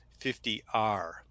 50R